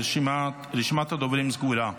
רשימת הדוברים סגורה.